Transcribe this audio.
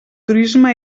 turisme